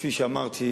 כפי שאמרתי,